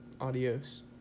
Adios